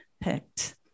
picked